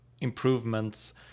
improvements